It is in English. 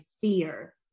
fear